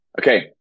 Okay